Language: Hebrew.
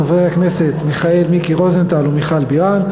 חברי הכנסת מיקי רוזנטל ומיכל בירן,